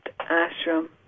ashram